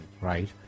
Right